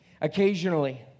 occasionally